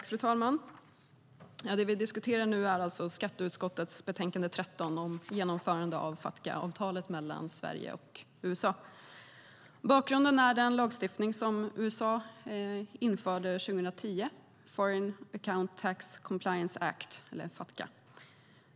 Fru talman! Det vi debatterar nu är alltså skatteutskottets betänkande 13, om genomförande av Fatca-avtalet mellan Sverige och USA. Bakgrunden är den lagstiftning som USA införde 2010, Foreign Account Tax Compliance Act eller Fatca.